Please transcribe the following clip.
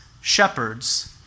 shepherds